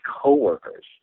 coworkers